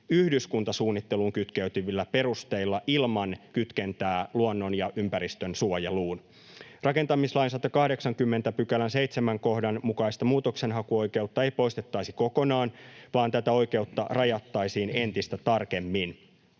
yhdyskuntasuunnitteluun kytkeytyvillä perusteilla ilman kytkentää luonnon- ja ympäristönsuojeluun. Rakentamislain 180 §:n 7 kohdan mukaista muutoksenhakuoikeutta ei poistettaisi kokonaan, vaan tätä oikeutta rajattaisiin entistä tarkemmin.